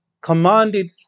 commanded